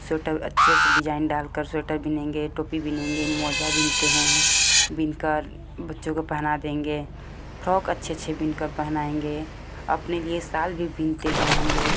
sweater अच्छे से design डाल कर स्वेटर बुनेंगे टोपी बुनेंगे मौजा बुनते हैं बुनकर बच्चों को पहना देंगे फ्रॉक अच्छे अच्छे बुनकर पहनाएंगे अपने लिए साल भी बुनते हैं हम लोग